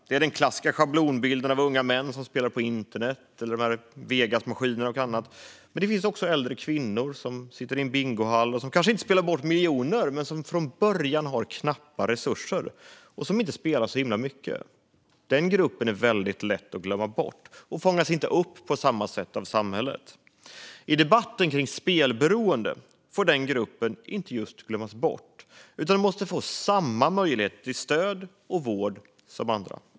Det är den klassiska schablonbilden av unga män som spelar på internet, Vegasmaskiner och annat, men det finns också äldre kvinnor som sitter i bingohallar och som kanske inte spelar bort miljoner, men som från början har knappa resurser och spelar alltför mycket. Den gruppen är väldigt lätt att glömma bort och fångas inte upp på samma sätt av samhället. I debatten kring spelberoende får den gruppen inte glömmas bort utan måste få samma möjligheter till stöd och vård som andra.